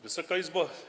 Wysoka Izbo!